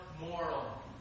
moral